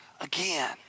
again